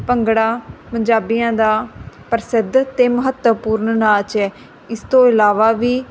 ਭੰਗੜਾ ਪੰਜਾਬੀਆਂ ਦਾ ਪ੍ਰਸਿੱਧ ਅਤੇ ਮਹੱਤਵਪੂਰਨ ਨਾਚ ਹੈ ਇਸ ਤੋਂ ਇਲਾਵਾ ਵੀ